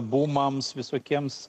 bumams visokiems